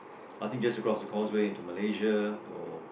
I think just across the causeway to Malaysia or